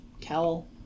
cowl